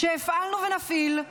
שהפעלנו ונפעיל,